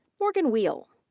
morgan weil.